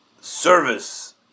service